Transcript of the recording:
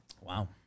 Wow